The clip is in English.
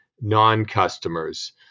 non-customers